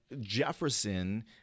jefferson